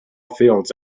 fields